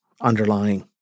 underlying